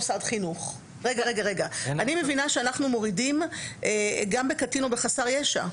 אני מבינה שאנו מורידים גם "בקטין או בחסר ישע".